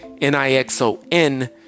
N-I-X-O-N